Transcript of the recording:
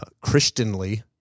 Christianly